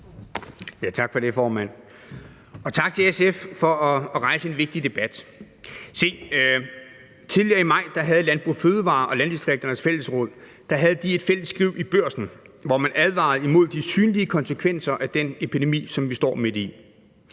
Tak for det, formand, og tak til SF for at rejse en vigtig debat. Se, tidligere i maj havde Landbrug & Fødevarer og Landdistrikternes Fællesråd et fælles skriv i Børsen, hvor man advarede imod de synlige konsekvenser af den epidemi, som vi står midt i.